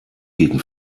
gegen